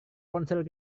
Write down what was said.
ponsel